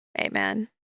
amen